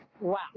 Wow